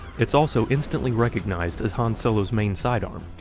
it's also instantly recognized as han solo's main side-arm.